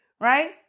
right